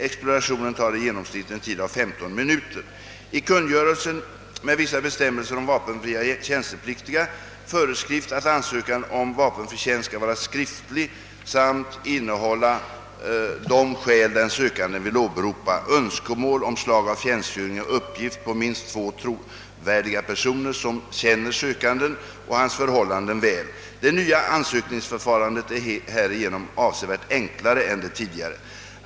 Explorationen tar i genomsnitt en tid av 15 minuter. I kungörelsen med vissa bestämmelser om vapenfria tjänstepliktiga föreskrivs att ansökan om vapenfri tjänst skall vara skriftlig samt innehålla de skäl den sökande vill åberopa, önskemål om slag av tjänstgöring och uppgift på minst två trovärdiga personer som känner sökanden och hans förhållanden väl. Det nya ansökningsförfarandet är härigenom avsevärt enklare än det tidigare.